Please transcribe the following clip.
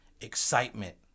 excitement